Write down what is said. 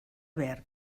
verd